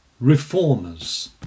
reformers